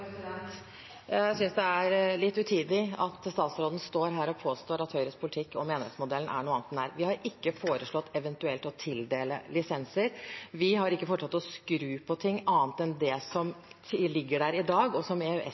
Jeg synes det er litt utidig at statsråden står her og påstår at Høyres politikk om enerettsmodellen er noe annet enn det den er. Vi har ikke foreslått eventuelt å tildele lisenser. Vi har ikke foreslått å skru på ting, annet enn det som ligger der i dag, og som